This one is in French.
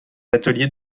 ateliers